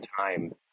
time